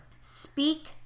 Speak